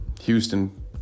Houston